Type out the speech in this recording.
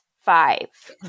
five